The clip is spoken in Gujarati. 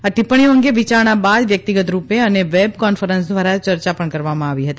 આ ટિપ્પણીઓ અંગે વિચારણા બાદ વ્યક્તિગત રૂપે અને વેબ કોન્ફરન્સ દ્વારા ચર્ચા પણ કરવામાં આવી હતી